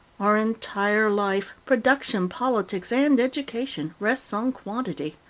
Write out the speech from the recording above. our entire life production, politics, and education rests on quantity,